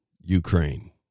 Ukraine